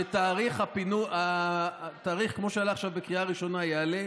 ושהתאריך כמו שעלה עכשיו בקריאה ראשונה יעלה,